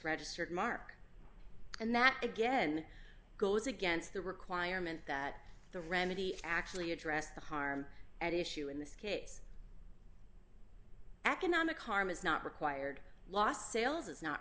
registered mark and that again goes against the requirement that the remedy actually address the harm at issue in this case economic harm is not required lost sales is not